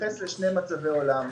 והתייחס לשני מצבי עולם.